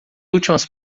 últimas